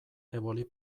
eboli